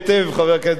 חבר הכנסת בר-און,